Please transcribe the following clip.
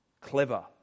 clever